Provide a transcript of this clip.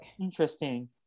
Interesting